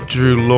Drew